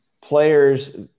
players